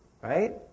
right